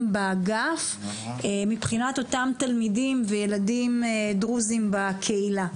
באגף מבחינת אותם תלמידים וילדים דרוזים בקהילה.